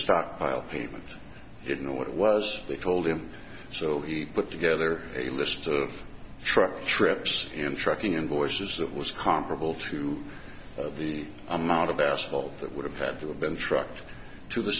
stockpile payment he didn't know what it was they told him so he put together a list of truck trips in trucking invoices that was comparable to the amount of asphalt that would have had to have been trucked to the